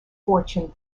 fortune